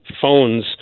phones